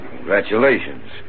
Congratulations